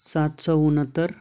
सात सौ उनहत्तर